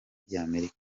ry’amerika